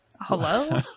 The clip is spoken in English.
hello